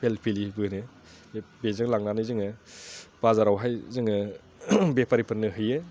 फेलफेलिबो होनो बेजों लांनानै जोङो बाजारावहाय जोङो बेफारिफोरनो हैयो